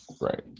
right